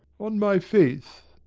on my faith